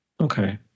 Okay